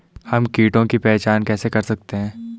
हम कीटों की पहचान कैसे कर सकते हैं?